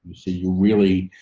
you really,